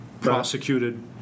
prosecuted